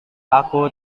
aku